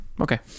Okay